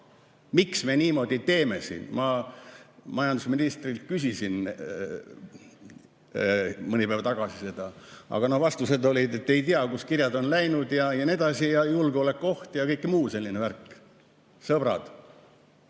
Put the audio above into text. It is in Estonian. miks me niimoodi teeme siin. Ma majandusministrilt küsisin mõni päev tagasi seda, aga no vastused olid, et ei tea, kuhu kirjad on läinud, ja nii edasi, ja julgeolekuoht ja kõik muu selline värk. Sõbrad,